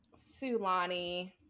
Sulani